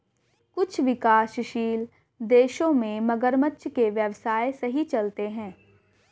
कुछ विकासशील देशों में मगरमच्छ के व्यवसाय सही चलते हैं